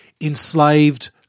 enslaved